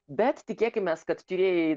bet tikėkimės kad tyrėjai